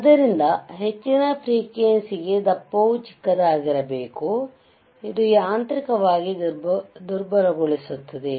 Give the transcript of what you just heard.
ಆದ್ದರಿಂದ ಹೆಚ್ಚಿನ ಫ್ರೀಕ್ವೆಂಸಿಗೆ ದಪ್ಪವುಚಿಕ್ಕದಾಗಿರಬೇಕು ಇದು ಯಾಂತ್ರಿಕವಾಗಿ ದುರ್ಬಲಗೊಳಿಸುತ್ತದೆ